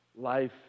life